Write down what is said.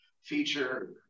feature